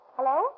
Hello